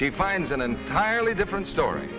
she finds an entirely different story